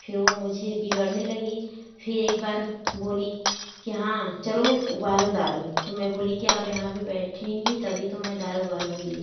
फिर वो मुझे बिगड़ने लगीं फिर एक बार बोली कि हाँ चलो उबालो दाल तो मैं बोली आप यहाँ पे बैठेंगी तभी तो मैं दाल उबालूँगी